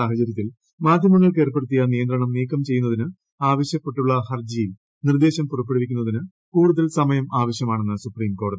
സാഹചര്യത്തിൽ മ്യാധ്യ്മങ്ങൾക്ക് ഏർപ്പെടുത്തിയ നിയന്ത്രണം നീക്കും ഉച്ചയ്യുന്നതിന് ആവശ്യപ്പെട്ടുള്ള ഹർജിയിൽ നിർദ്ദേശം പുറപ്പെടുവിപ്പിക്കുന്നതിന് കൂടുതൽ സമയം ആവശ്യമാണെന്ന് സുപ്രീം കോടതി